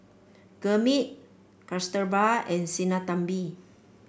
Gurmeet Kasturba and Sinnathamby